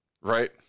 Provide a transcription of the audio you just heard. Right